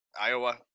Iowa